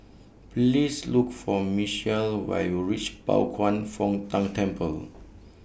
Please Look For Michial when YOU REACH Pao Kwan Foh Tang Temple